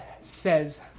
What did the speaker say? says